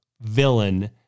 villain